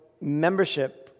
membership